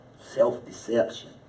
self-deception